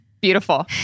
beautiful